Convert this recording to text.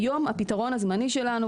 היום הפתרון הזמני שלנו,